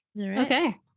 Okay